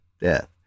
death